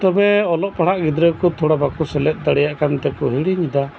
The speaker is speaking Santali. ᱛᱚᱵᱮ ᱚᱞᱚᱜ ᱯᱟᱲᱦᱟᱜ ᱜᱤᱫᱽᱨᱟᱹ ᱠᱚ ᱛᱷᱚᱲᱟ ᱵᱟᱠᱚ ᱥᱮᱞᱮᱫ ᱫᱟᱲᱮᱭᱟᱜ ᱠᱟᱱᱛᱮᱠᱚ ᱦᱤᱲᱤᱧ ᱮᱫᱟ